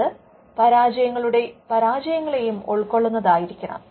അത് പരാജയങ്ങളെയും ഉൾക്കൊള്ളുന്നതായിരിക്കണം